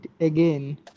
again